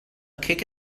kick